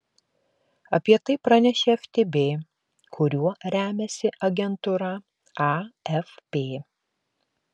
apie tai pranešė ftb kuriuo remiasi agentūra afp